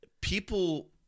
people